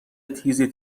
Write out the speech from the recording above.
تیزی